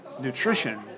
Nutrition